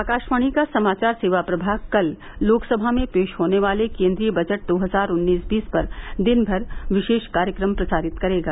आकाशवाणी का समाचार सेवा प्रभाग कल लोकसभा में पेश होने वाले केन्द्रीय बजट दो हजार उन्नीस बीस पर दिनभर विशेष कार्यक्रम प्रसारित करेगा